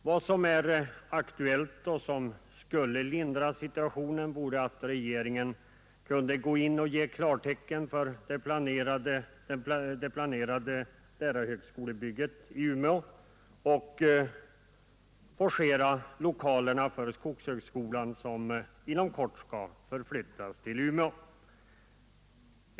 Vad som är aktuellt och som skulle lindra situationen vore om regeringen kunde gå in och ge klartecken för det planerade lärarhögskolebygget i Umeå och forcera färdigställandet av lokalerna för skogshögskolan, som inom kort skall flytta till Umeå.